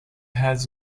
has